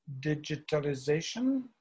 digitalization